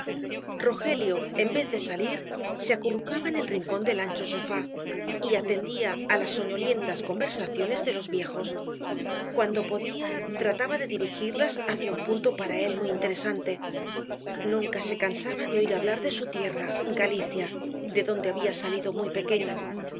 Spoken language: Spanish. rogelio en vez de salir se acurrucaba en el rincón del ancho sofá y atendía á las soñolientas conversaciones de los viejos cuando podía trataba de dirigirlas hacia un punto para él muy interesante nunca se cansaba de oir hablar de su tierra galicia de donde había salido muy pequeño